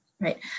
right